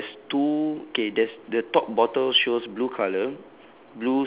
okay there's two okay there's the top bottle shows blue colour